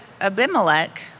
Abimelech